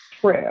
True